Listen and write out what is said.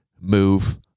move